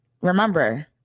Remember